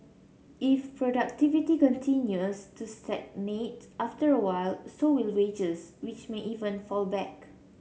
if productivity continues to stagnate after a while so will wages which may even fall back